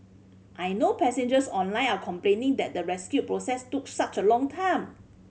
I know passengers online are complaining that the rescue process took such a long time